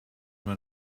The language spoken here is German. man